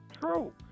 true